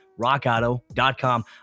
RockAuto.com